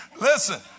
Listen